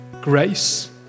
Grace